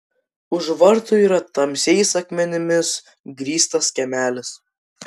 už vartų yra tamsiais akmenimis grįstas kiemelis